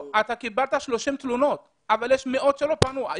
אתה קיבלת 30 תלונות אבל יש מאות שלא פנו.